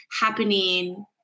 happening